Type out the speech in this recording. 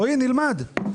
רועי, נלמד.